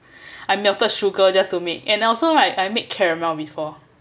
I melted sugar just to make and also right I made caramel before